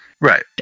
Right